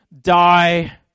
die